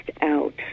out